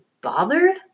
bothered